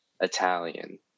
Italian